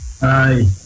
Hi